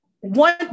one